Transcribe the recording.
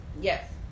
Yes